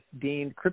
deemed